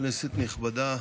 כנסת נכבדה,